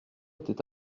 était